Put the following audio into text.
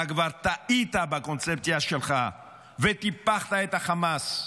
אתה כבר טעית בקונספציה שלך וטיפחת את החמאס,